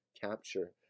capture